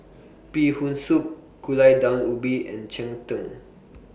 Bee Hoon Soup Gulai Daun Ubi and Cheng Tng